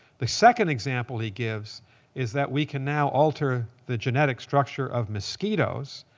the second example he gives is that we can now alter the genetic structure of mosquitoes,